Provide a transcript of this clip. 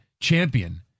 champion